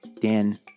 Dan